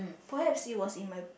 perhaps is was in my